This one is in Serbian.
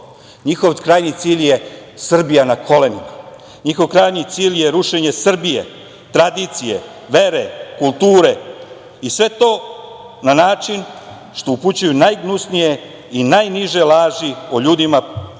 Njihov krajnji cilj je Srbija na kolenima, rušenje Srbije, tradicije, vere, kulture i sve to na način što upućuju najgnusnije i najniže laži o ljudima protiv